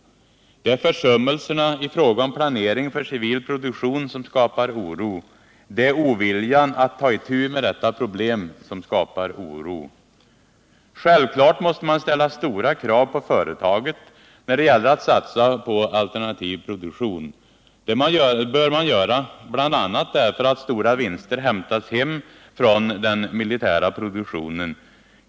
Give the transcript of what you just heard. Det är försummelserna i fråga om planering för civil produktion som skapar oro. Det är oviljan att ta itu med detta problem som skapar oro. Självfallet måste man ställa stora krav på företaget när det gäller att satsa på alternativ produktion. Det bör man göra bl.a. därför att stora vinster hämtats hem från den militära produktionen.